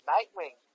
Nightwing